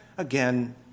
again